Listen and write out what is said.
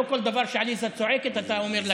לא כל דבר שעליזה צועקת אתה אומר לה כן.